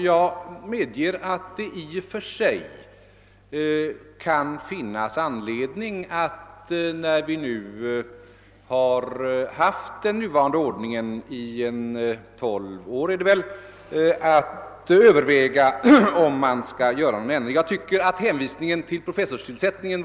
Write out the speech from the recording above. Jag medger att det i och för sig, med tanke på att den nuvarande ordningen tillämpats i omkring 12 år, kan finnas anledning att överväga om en ändring skall genomföras. Herr Källstad hänvisade liksom skribenten i Göteborgs Handelsoch Sjöfarts-Tidning till professorstillsättningen.